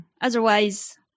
Otherwise